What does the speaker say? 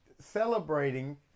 Celebrating